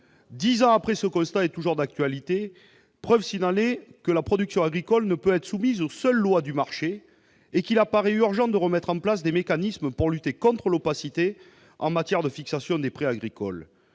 Dix ans après, ce constat est toujours d'actualité, preuve que la production agricole ne peut être soumise aux seules lois du marché et qu'il est urgent de remettre en place des mécanismes pour lutter contre l'opacité en matière de fixation des prix agricoles.